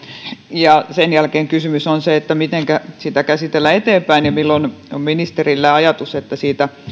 ja sen jälkeen kysymys on se mitenkä sitä käsitellään eteenpäin ja milloin ministerillä on ajatus että siitä tulisi